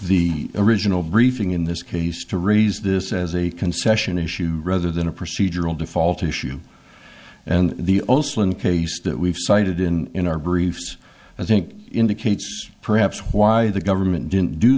the original briefing in this case to raise this as a concession issue rather than a procedural default issue and the also in case that we've cited in our briefs i think indicates perhaps why the government didn't do